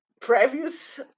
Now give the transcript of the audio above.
previous